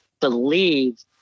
believe